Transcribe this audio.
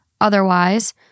Otherwise